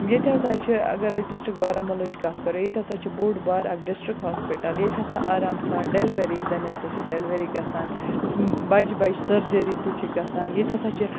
ییٚتہِ ہَسا چھِ اَگَر أسۍ ڈِسٹرک بارامُلہِچ کتھ کَرو ییٚتہِ ہَسا چھِ بوٚڈ بار اکھ ڈِسٹرک ہاسپِٹَل ییٚتہِ ہَسا آرام سان ڈیلوری زنَن تہِ چھِ ڈیلوری گَژھان بَجہِ بَجہِ سرجٔری تہِ چھِ گَژھان ییٚتہِ ہَسا چھِ